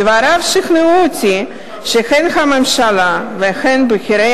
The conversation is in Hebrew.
דבריו שכנעו אותי שהן הממשלה והן בכירי